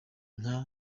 nka